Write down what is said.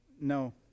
no